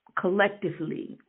collectively